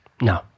No